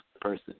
person